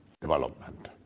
development